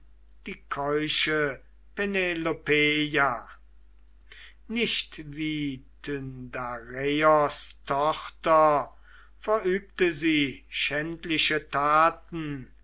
die keusche penelopeia nicht wie tyndareos tochter verübte sie schändliche taten